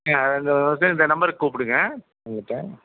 அது வந்து இந்த நம்பருக்கு கூப்பிடுங்க வந்துவிட்டு